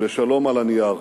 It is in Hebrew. בשלום על הנייר,